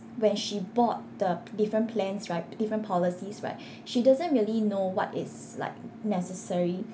when she bought the different plans right different policies right she doesn't really know what is like necessary